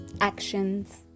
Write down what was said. actions